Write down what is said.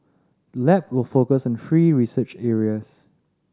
the lab will focus on three research areas